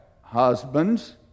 husbands